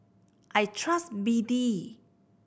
I trust B D